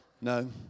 No